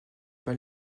pas